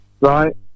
right